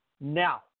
Now